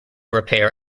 repair